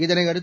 இதனையடுத்து